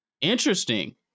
Interesting